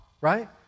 right